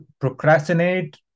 procrastinate